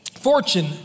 fortune